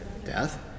Death